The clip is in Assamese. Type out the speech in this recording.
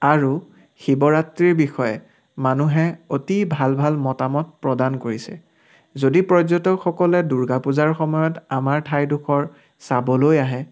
আৰু শিৱৰাত্ৰিৰ বিষয়ে মানুহে অতি ভাল ভাল মতামত প্ৰদান কৰিছে যদি পৰ্যটকসকলে দুৰ্গা পূজাৰ সময়ত আমাৰ ঠাইডখৰ চাবলৈ আহে